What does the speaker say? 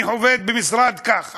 אני עובד במשרד ככה.